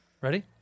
Ready